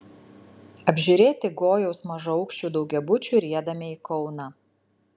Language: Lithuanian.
apžiūrėti gojaus mažaaukščių daugiabučių riedame į kauną